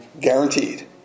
Guaranteed